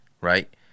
right